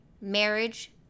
marriage